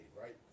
right